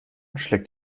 schlägt